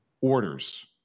orders